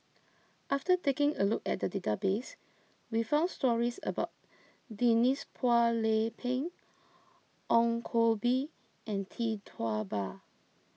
after taking a look at the database we found stories about Denise Phua Lay Peng Ong Koh Bee and Tee Tua Ba